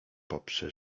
poprze